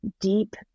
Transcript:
deep